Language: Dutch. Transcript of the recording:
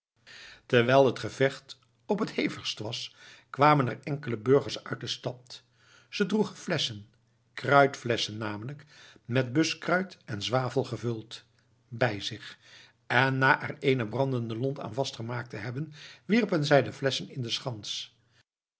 terwijl het gevecht op het hevigst was kwamen er enkele burgers uit de stad ze droegen flesschen kruitflesschen namelijk met buskruit en zwavel gevuld bij zich en na er eene brandende lont aan vastgemaakt te hebben wierpen zij de flesschen in de schans